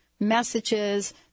messages